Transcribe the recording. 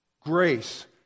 grace